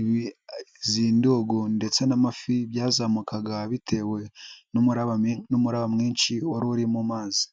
izi ndugo ndetse n'amafi byazamukaga bitewe n'umuraba n'umuraba mwinshi wari uri mu mazi.